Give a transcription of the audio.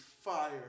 fire